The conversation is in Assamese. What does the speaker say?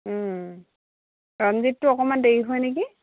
ৰঞ্জিতটো অকণমান দেৰি হয় নেকি